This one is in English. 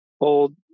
old